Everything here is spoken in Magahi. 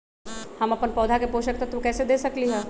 हम अपन पौधा के पोषक तत्व कैसे दे सकली ह?